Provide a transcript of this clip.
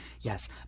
yes